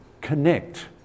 connect